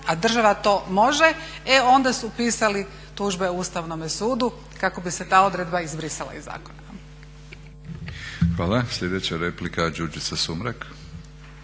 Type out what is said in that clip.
a država to može e onda su pisali tužbe Ustavnome sudu kako bi se ta odredba izbrisala iz zakona. **Batinić, Milorad (HNS)** Hvala. Sljedeća replika Đurđica Sumrak.